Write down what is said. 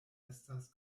estas